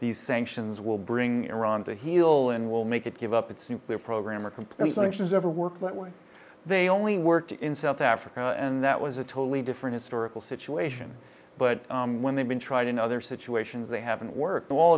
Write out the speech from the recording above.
these sanctions will bring iran to heel and will make it give up its nuclear program or complicit actions ever work that way they only worked in south africa and that was a totally different historical situation but when they've been tried in other situations they haven't worked a